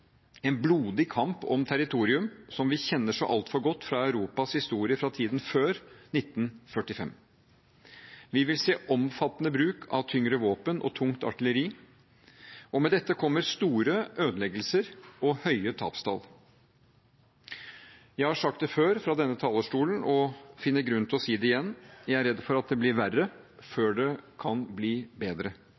en blodig kamp om territorium som vi kjenner så altfor godt fra Europas historie fra tiden før 1945. Vi vil se omfattende bruk av tyngre våpen og tungt artilleri. Med dette kommer store ødeleggelser og høye tapstall. Jeg har sagt det før fra denne talerstolen og finner grunn til å si det igjen: Jeg er redd for at det blir verre, før det kan bli bedre,